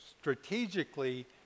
strategically